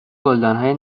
گلدانهای